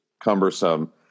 cumbersome